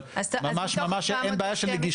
אבל ממש ממש אין בעיה של נגישות.